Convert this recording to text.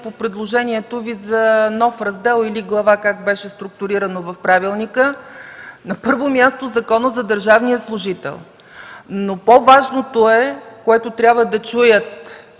по предложението Ви за нов раздел или глава, както беше структурирано в правилника. На първо място е Законът за държавния служител. Но по-важното, което трябва да чуят